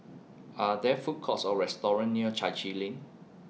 Are There Food Courts Or restaurants near Chai Chee Lane